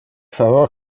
favor